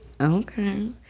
Okay